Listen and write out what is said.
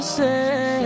say